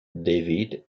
david